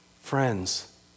friends